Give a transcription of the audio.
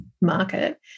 market